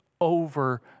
over